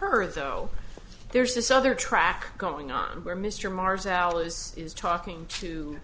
her though there's this other track going on where mr marrs ours is talking to